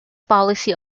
policy